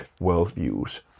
worldviews